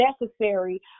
necessary